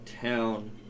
town